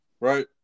right